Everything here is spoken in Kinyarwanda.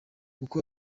uko